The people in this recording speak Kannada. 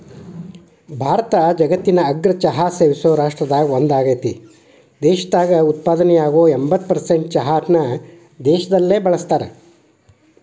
ಭಾರತ ಜಗತ್ತಿನ ಅಗ್ರ ಚಹಾ ಸೇವಿಸೋ ರಾಷ್ಟ್ರದಾಗ ಒಂದಾಗೇತಿ, ದೇಶದಾಗ ಉತ್ಪಾದನೆಯಾಗೋ ಎಂಬತ್ತ್ ಪರ್ಸೆಂಟ್ ಚಹಾನ ದೇಶದಲ್ಲೇ ಬಳಸ್ತಾರ